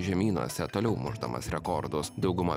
žemynuose toliau mušdamas rekordus dauguma